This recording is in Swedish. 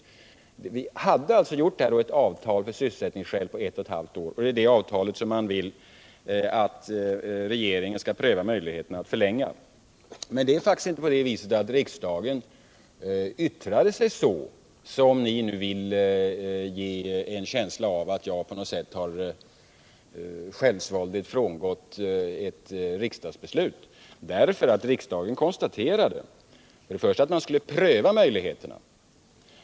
Vi hade alltså av sysselsättningsskäl träffat ett avtal som gällde ett och ett halvt år, och det är det avtalet man nu vill att regeringen skall pröva möjligheterna att förlänga. Men riksdagen har faktiskt inte yttrat sig så, att det kan sägas att jag på något sätt självsvåldigt frångått ett riksdagsbeslut. För det första konstaterade riksdagen att man skulle pröva möjligheterna.